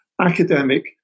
academic